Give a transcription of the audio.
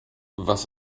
was